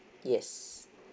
yes